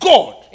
God